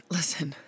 Listen